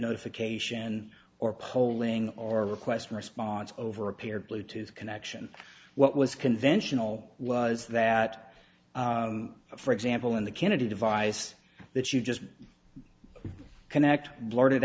notification or polling or request response over a pair of bluetooth connection what was conventional was that for example in the kennedy device that you just connect blurted